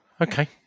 Okay